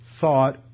thought